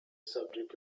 subject